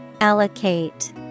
Allocate